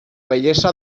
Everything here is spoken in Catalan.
bellesa